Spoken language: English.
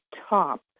top